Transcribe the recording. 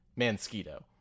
mansquito